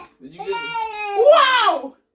Wow